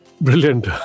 Brilliant